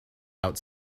out